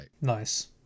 nice